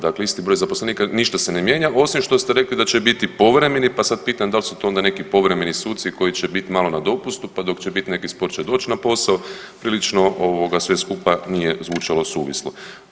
Dakle, isti broj zaposlenika, ništa se ne mijenja osim što ste rekli da će biti povremeni, pa sad pitam da li su to onda neki povremeni suci koji će biti malo na dopusti, pa dok će biti neki spor će doći na posao prilično sve skupa nije zvučalo suvislo.